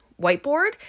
whiteboard